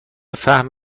فهم